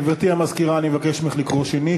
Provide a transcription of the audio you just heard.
גברתי המזכירה, אני מבקש ממך לקרוא שנית.